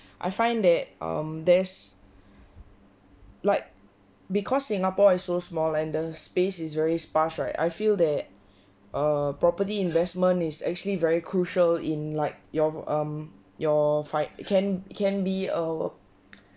I find that um there's like because singapore is so small and the space is very sparse right I feel that a property investment is actually very crucial in like your um your fight can can be err